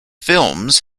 films